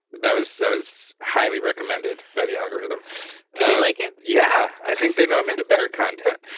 that was that was highly recommended by the algorithm. did you like it? yeah. i think they know i'm into bear content.